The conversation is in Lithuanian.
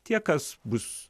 tie kas bus